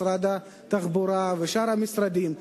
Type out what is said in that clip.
משרד התחבורה ושאר המשרדים,